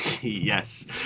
Yes